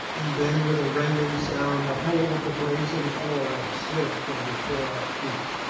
and then with a rending sound the whole of the brazen flooring slid from before our feet,